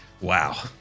Wow